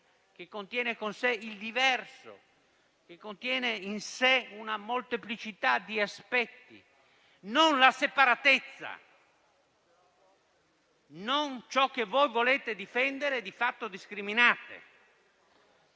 che contiene in sé il diverso e una molteplicità di aspetti, non la separatezza, né ciò che volete difendere e di fatto discriminate.